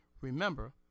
Remember